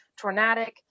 tornadic